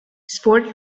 sports